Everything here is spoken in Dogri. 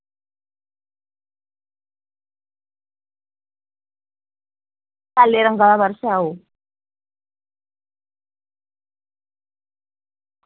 सैल्ले रंग दा पर्स ऐ ओह्